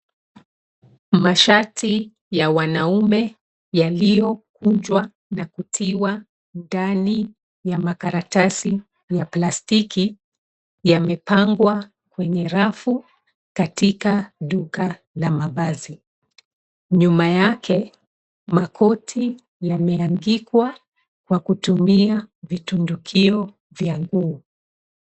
Mashati ya wanaume yaliyokunjwa na kutiwa ndani ya makaratasi ya plastiki yamepangwa kwenye rafu katika duka la mavazi. Nyuma yake, makoti yameanikwa kwa kutumia vitundukio vya nguo.